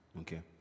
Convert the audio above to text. okay